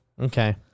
Okay